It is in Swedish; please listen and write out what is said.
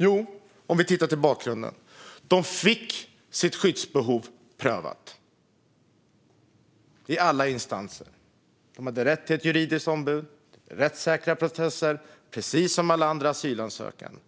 Ja, bakgrunden är att de fick sitt skyddsbehov prövat i alla instanser. De hade rätt till juridiskt ombud och rättssäkra processer, precis som alla andra asylsökande.